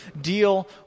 deal